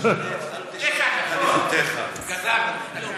תשע דקות.